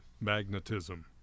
magnetism